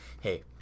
hey